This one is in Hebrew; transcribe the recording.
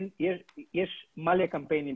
יש הרבה קמפיינים,